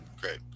Great